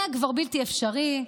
זה כבר בלתי אפשרי.